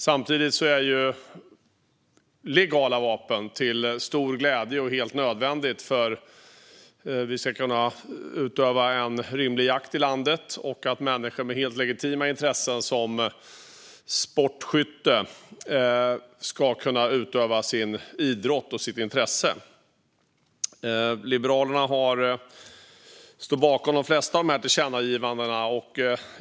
Samtidigt är legala vapen till stor glädje och helt nödvändiga för att vi ska kunna utöva en rimlig jakt i landet och för att människor med helt legitima intressen som sportskytte ska kunna utöva sin idrott och sitt intresse. Liberalerna står bakom de flesta av förslagen om tillkännagivande.